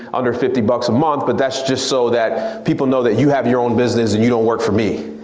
under fifty bucks a month but that's just so that people know that you have your own business and you don't work for me.